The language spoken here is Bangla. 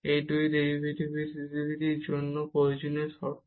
এই দুটি ডিফারেনশিবিলিটির জন্য প্রয়োজনীয় শর্ত